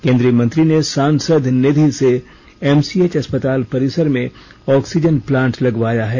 केंद्रीय मंत्री ने सांसद निधि से एमसीएच अस्पताल परिसर में ऑक्सीजन प्लांट लगवाया है